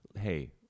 Hey